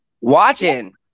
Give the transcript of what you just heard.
Watching